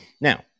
Now